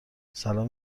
سلام